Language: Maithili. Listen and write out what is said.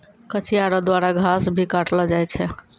कचिया रो द्वारा घास भी काटलो जाय छै